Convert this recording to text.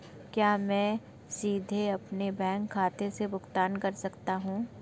क्या मैं सीधे अपने बैंक खाते से भुगतान कर सकता हूं?